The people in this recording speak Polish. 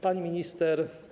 Pani Minister!